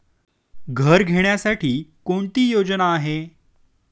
घर घेण्यासाठी कोणती योजना आहे?